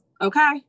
okay